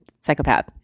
psychopath